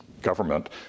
government